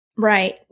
Right